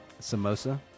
Samosa